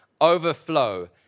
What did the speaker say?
overflow